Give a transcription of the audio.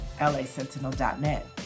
lasentinel.net